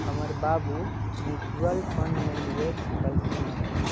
हमर बाबू mutual fund में निवेश कलखिंन्ह ह